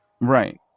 right